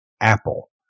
apple